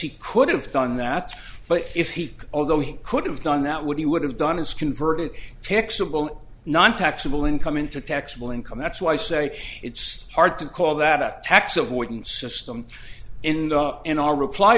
he could have done that but if he although he could have done that what he would have done is converted taxable nontaxable income into taxable income that's why i say it's hard to call that a tax avoidance system in the in our reply